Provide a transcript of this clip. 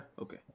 Okay